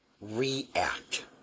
React